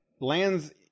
lands